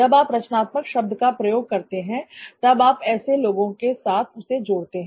जब आप रचनात्मक शब्द का प्रयोग करते हैं तब आप ऐसे लोगों के साथ उसे जोड़ते हैं